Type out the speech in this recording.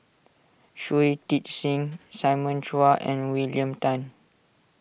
Shui Tit Sing Simon Chua and William Tan